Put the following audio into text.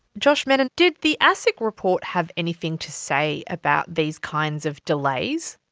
josh mennen, did the asic report have anything to say about these kinds of delays?